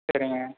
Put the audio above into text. சரிங்க